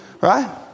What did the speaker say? Right